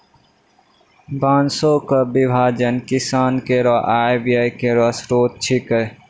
बांसों क विभाजन किसानो केरो आय व्यय केरो स्रोत छिकै